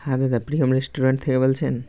হ্যাঁ দাদা প্রিয়ম রেস্টুরেন্ট থেকে বলছেন